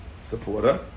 supporter